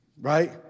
right